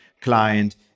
client